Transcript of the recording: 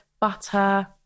butter